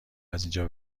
ازاینجا